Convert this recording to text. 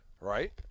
Right